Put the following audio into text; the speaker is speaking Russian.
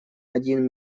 один